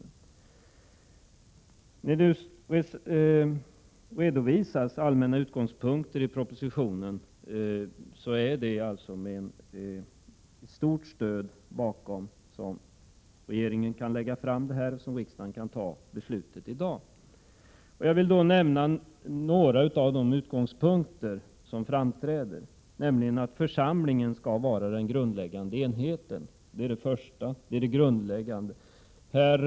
När det nu redovisas allmänna utgångspunkter i propositionen så är det alltså med stort stöd bakom sig som regeringen kan lägga fram förslaget och riksdagen kan ta beslut i dag. Jag vill nämna några av de utgångspunkter som framträder. Den första och viktigaste utgångspunkten är att församlingen skall vara den grundläggande enheten.